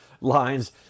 lines